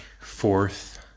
fourth